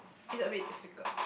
it's a bit difficult